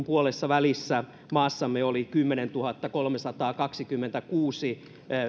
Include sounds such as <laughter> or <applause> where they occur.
<unintelligible> puolessa välissä maassamme oli kymmenentuhattakolmesataakaksikymmentäkuusi